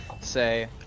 say